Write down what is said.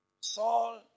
Saul